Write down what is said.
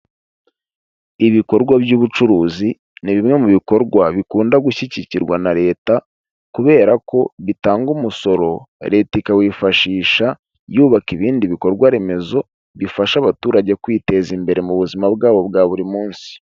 Ibikorwa by'ubucuruzi ni bimwe mu bikorwa bikunda gushyigikirwa na leta kubera ko bitanga umusoro leta ikawifashisha yubaka ibindi bikorwa remezo bifasha abaturage kwiteza imbere mu buzima bwabo bwa buri munsi.